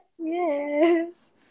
yes